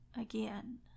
again